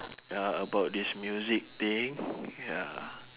ya about this music thing ya